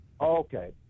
Okay